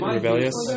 rebellious